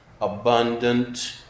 abundant